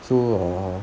so err